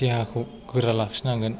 देहाखौ गोरा लाखिनांगोन